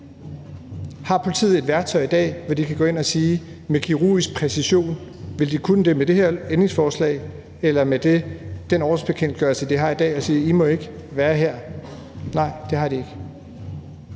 Har politiet et værktøj i dag, hvor de kan gå ind med kirurgisk præcision – og vil de kunne det med det her ændringsforslag eller med den ordensbekendtgørelse, de har i dag – og sige: I må ikke være her? Nej, det har de ikke.